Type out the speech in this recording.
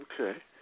Okay